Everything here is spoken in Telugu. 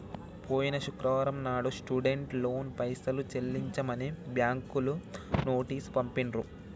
పోయిన శుక్రవారం నాడు స్టూడెంట్ లోన్ పైసలు చెల్లించమని బ్యాంకులు నోటీసు పంపిండ్రు